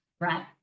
right